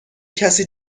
کسی